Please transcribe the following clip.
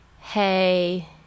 hey